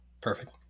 Perfect